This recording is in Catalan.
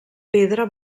pedra